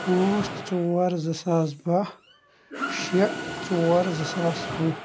پانٛژھ ژور زٕ ساس باہہ شیٚے ژور زٕ ساس وُہ